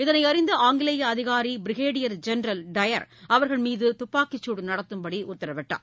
இதனை அறிந்த ஆங்கிலேய அதிகாரி பிரிகேடியர் ஜெனரல் டயர் அவர்கள் மீது துப்பாக்கிச்சூடு நடத்தும்படி உத்தரவிட்டார்